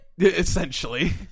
Essentially